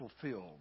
fulfilled